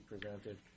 presented